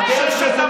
חבר הכנסת